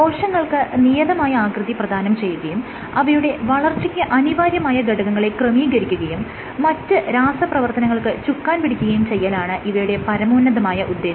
കോശങ്ങൾക്ക് നിയതമായ ആകൃതി പ്രധാനം ചെയ്യുകയും അവയുടെ വളർച്ചയ്ക്ക് അനിവാര്യമായ ഘടകങ്ങളെ ക്രമീകരിക്കുകയും മറ്റ് രാസപ്രവർത്തനങ്ങൾക്ക് ചുക്കാൻ പിടിക്കുകയും ചെയ്യലാണ് ഇവയുടെ പരമോന്നതമായ ഉദ്ദേശം